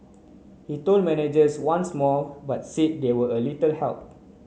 he told managers once more but said they were a little help